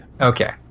Okay